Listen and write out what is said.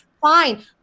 fine